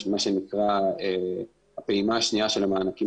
מה שנקרא הפעימה השנייה של המענקים